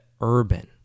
urban